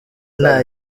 nta